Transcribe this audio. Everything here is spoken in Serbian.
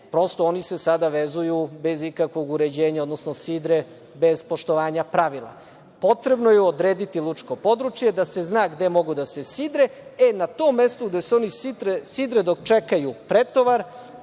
Prosto oni se sada vezuju bez ikakvog uređenja, odnosno sidre bez poštovanja pravila. Potrebno je odrediti lučko područje da se zna gde mogu da se sidre i na tom mestu gde se oni sidre dok čekaju pretovar